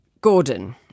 Gordon